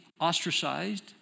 ostracized